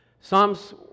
Psalms